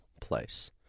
place